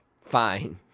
Fine